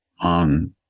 on